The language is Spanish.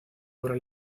obra